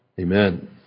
Amen